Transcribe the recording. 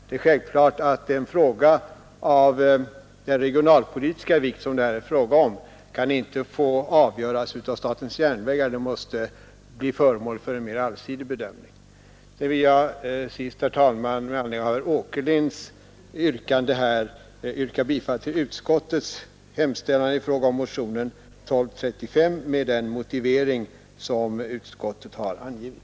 Det är självklart att en fråga av den regionalpolitiska vikt som det här gäller inte kan få avgöras av statens järnvägar; den måste bli föremål för en mer allsidig bedömning. Med anledning av herr Åkerlinds yrkande vill jag, herr talman, yrka bifall till utskottets hemställan i fråga om motionen 1235 med den motivering som utskottet har angivit.